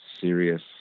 serious